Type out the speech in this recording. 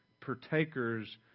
partakers